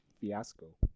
fiasco